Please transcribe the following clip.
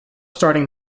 starting